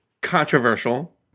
controversial